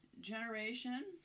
generation